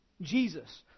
Jesus